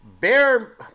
Bear